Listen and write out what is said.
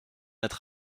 êtes